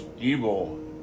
evil